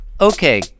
Okay